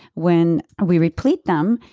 when we replete them,